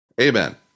Amen